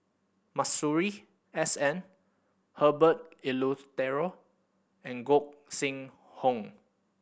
Masuri S N Herbert Eleuterio and Gog Sing Hooi